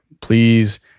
Please